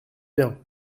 bien